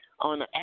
on